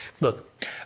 look